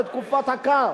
בתקופת הקור,